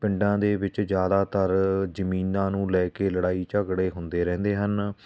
ਪਿੰਡਾਂ ਦੇ ਵਿੱਚ ਜ਼ਿਆਦਾਤਰ ਜ਼ਮੀਨਾਂ ਨੂੰ ਲੈ ਕੇ ਲੜਾਈ ਝਗੜੇ ਹੁੰਦੇ ਰਹਿੰਦੇ ਹਨ